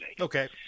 Okay